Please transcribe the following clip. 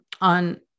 on